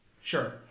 Sure